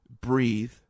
breathe